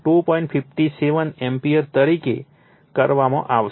57 ampere તરીકે કરવામાં આવશે